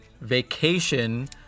vacation